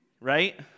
right